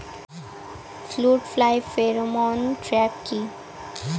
Fruit fly pheromone trap কি?